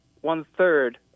one-third